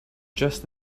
just